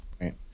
Right